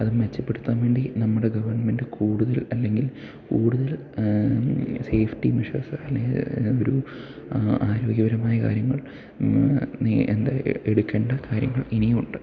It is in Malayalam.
അത് മെച്ചപ്പെടുത്താൻ വേണ്ടി നമ്മുടെ ഗവൺമെൻറ്റ് കൂടുതല് അല്ലെങ്കിൽ കൂടുതല് സേഫ്റ്റി മെഷർസ് അല്ലെങ്കിൽ ഒരു ആരോഗ്യപരമായ കാര്യങ്ങൾ എന്താ എടുക്കേണ്ട കാര്യങ്ങൾ ഇനിയും ഉണ്ട്